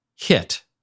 hit